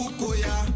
Ukoya